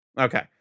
Okay